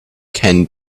can